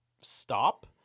stop